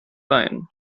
wein